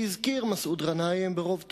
שהזכיר מסעוד גנאים ברוב טובו,